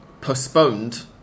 postponed